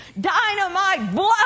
Dynamite